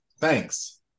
Thanks